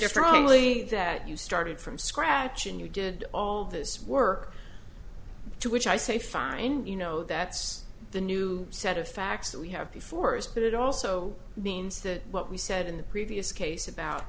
differently that you started from scratch and you did all this work to which i say find you know that's the new set of facts that we have before us but it also means that what we said in the previous case about